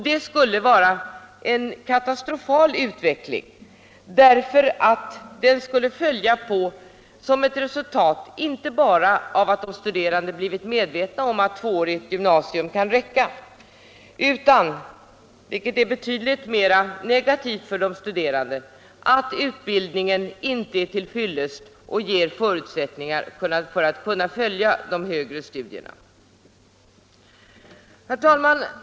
Det skulle vara en katastrofal utveckling, eftersom den skulle följa som ett resultat inte bara av att de studerande blivit medvetna om att tvåårigt gymnasium kan räcka utan — vilket är betydligt mera negativt för de studerande — av att utbildningen inte är till fyllest och inte ger förutsättningar för att följa högre studier. Herr talman!